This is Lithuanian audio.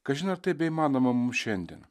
kažin ar tai beįmanoma mums šiandien